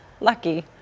Lucky